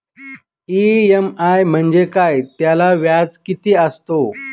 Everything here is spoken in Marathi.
इ.एम.आय म्हणजे काय? त्याला व्याज किती असतो?